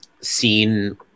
seen